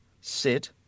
Sid